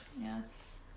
Yes